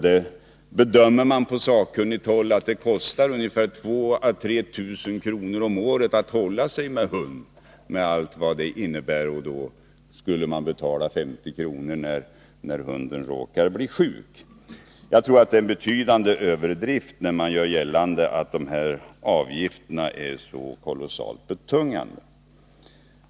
Det bedöms på sakkunnigt håll att det kostar 2 000 å 3 000 kr. om året att hålla sig med hund, med allt vad det innebär. Man skulle alltså betala 50 kr. när hunden råkar bli sjuk. Jag tror att det är en betydande överdrift när man gör gällande att dessa avgifter är så kolossalt betungande.